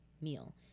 meal